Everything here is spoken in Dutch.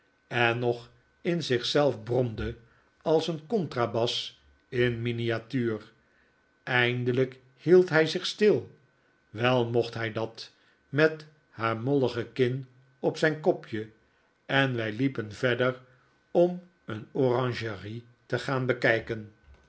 en nog in zich zelf bromde als een